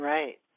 Right